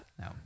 no